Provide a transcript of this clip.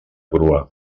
grua